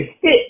hit